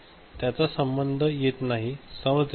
तर त्याचा संबंध येत नाही समजले न